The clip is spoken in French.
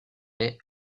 est